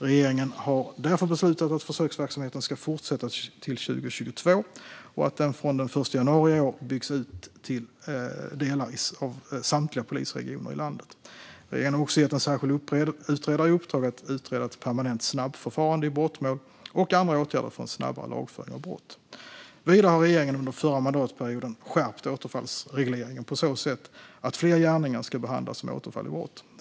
Regeringen har därför beslutat att försöksverksamheten ska fortsätta till 2022 och att den från den 1 januari i år byggs ut till delar av samtliga polisregioner i landet. Regeringen har också gett en särskild utredare i uppdrag att utreda ett permanent snabbförfarande i brottmål och andra åtgärder för en snabbare lagföring av brott. Vidare har regeringen under förra mandatperioden skärpt återfallsregleringen på så sätt att fler gärningar ska behandlas som återfall i brott.